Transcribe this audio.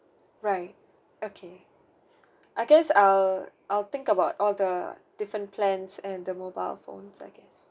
right okay I guess I'll I'll think about all the different plans and the mobile phones I guess